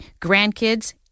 grandkids